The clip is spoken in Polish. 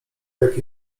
jak